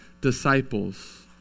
disciples